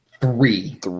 Three